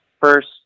first